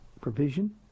provision